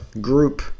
group